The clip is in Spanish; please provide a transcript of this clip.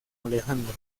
alejandro